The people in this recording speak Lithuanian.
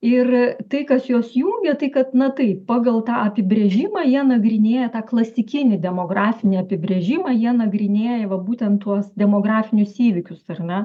ir tai kas juos jungia tai kad na taip pagal tą apibrėžimą jie nagrinėja tą klasikinį demografinį apibrėžimą jie nagrinėja va būtent tuos demografinius įvykius ar ne